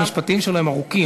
שהמשפטים שלו הם ארוכים.